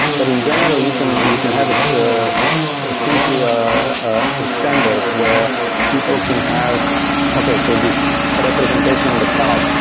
but in general you can you can have ah simply ah ah a standard where people can have okay. so this representation in the cloud.